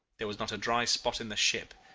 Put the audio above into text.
there was not a dry spot in the ship.